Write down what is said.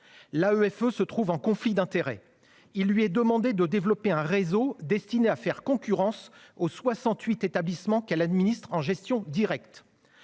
l'AEFE est confrontée à un conflit d'intérêts : il lui est demandé de développer un réseau destiné à faire concurrence aux 68 établissements qu'elle administre en gestion directe.